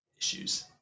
issues